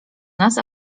nas